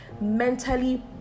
mentally